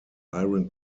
iron